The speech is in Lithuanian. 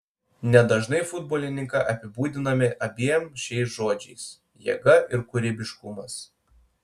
nedažnai futbolininką apibūdiname abiem šiais žodžiais jėga ir kūrybiškumas